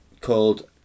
called